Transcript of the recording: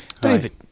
David